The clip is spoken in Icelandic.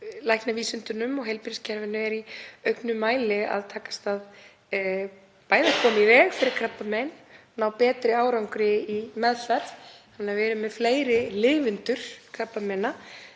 læknavísindunum og heilbrigðiskerfinu er í auknum mæli að takast að koma í veg fyrir krabbamein, ná betri árangri í meðferð þannig að við erum með fleiri lifendur krabbameina.